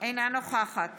אינה נוכחת